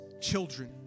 children